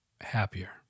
happier